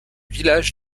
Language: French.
villages